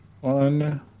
One